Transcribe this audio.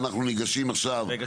אנחנו ניגשים עכשיו --- רגע,